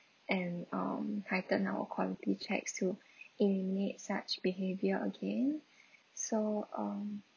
and um tighten our quality checks to eliminate such behaviour again so um